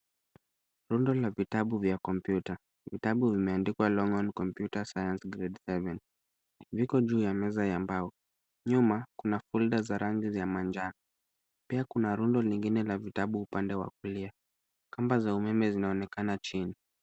Rundo la vitabu vya kompyuta . Vitabu vimeandikwa longhorn computer science grade seven, viko juu ya meza .Nyuma kuna folder za rangi ya manjano. Pia kuna rundo lingine la vitabu upande wa kulia . Kamba za umeme zinaonekana chini.